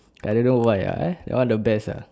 I don't know why ya uh that one the best ah